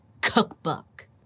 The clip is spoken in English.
cookbook